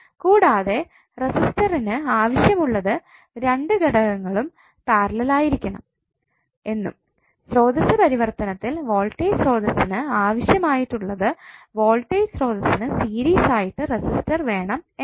കൂടാതെ റെസിസ്റ്ററിനു ആവശ്യമായിട്ടുള്ളത് 2 ഘടകങ്ങളും പാരലൽ ആയിരിക്കണം എന്നും സ്രോതസ്സ് പരിവർത്തനത്തിൽ വോൾടേജ് സ്രോതസ്സസിനു ആവശ്യമായിട്ടുള്ളത് വോൾടേജ് സ്രോതസ്സസിനു സീരീസ് ആയിട്ട് റെസിസ്റ്റർ വേണം എന്നാണ്